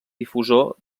difusor